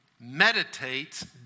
meditates